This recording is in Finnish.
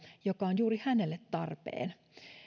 joka on juuri hänelle tarpeen